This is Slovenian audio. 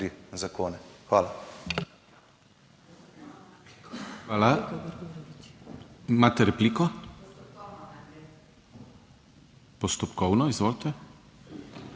Hvala.